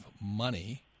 money